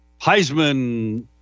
Heisman